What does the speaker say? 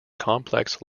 complex